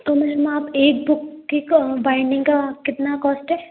तो मैम आप एक बुक की का बाइंडिंग का आप कितना कौस्ट है